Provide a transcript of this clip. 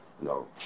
No